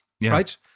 right